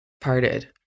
parted